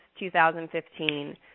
2015